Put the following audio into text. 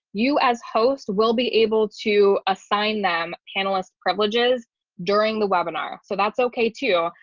you as host will be able to assign them panelist privileges during the webinar, so that's okay too.